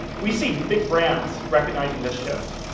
we see big brands recognizing this shift.